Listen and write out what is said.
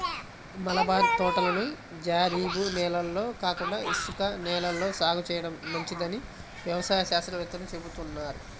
mulberry తోటలను జరీబు నేలల్లో కాకుండా ఇసుక నేలల్లో సాగు చేయడం మంచిదని వ్యవసాయ శాస్త్రవేత్తలు చెబుతున్నారు